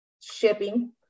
shipping